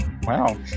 wow